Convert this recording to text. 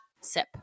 sip